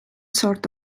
sort